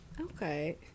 Okay